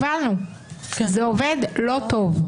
הבנו שזה עובד לא טוב.